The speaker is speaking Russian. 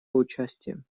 участием